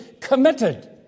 committed